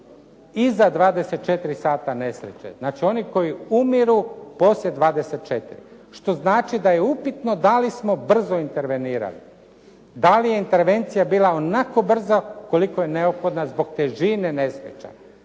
iza 24 sata nesreće. Znači oni koji umiru poslije 24, što znači da je upitno da li smo brzo intervenirali, da li je intervencija bila onako brza koliko je neophodna zbog težine nesreća.